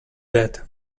that